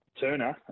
turner